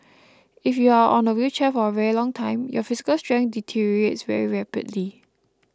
if you are on a wheelchair for a very long time your physical strength deteriorates very rapidly